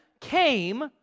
came